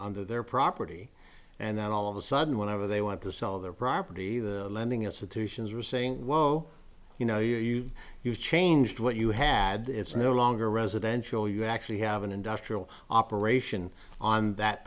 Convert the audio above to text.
under their property and then all of a sudden whenever they want to sell their property the lending institutions were saying whoa you know you've you've changed what you had it's no longer residential you actually have an industrial operation on that